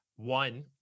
One